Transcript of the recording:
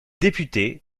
député